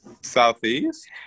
southeast